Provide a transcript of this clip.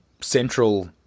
central